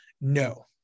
No